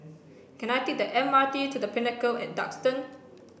can I take the M R T to The Pinnacle and Duxton